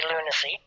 lunacy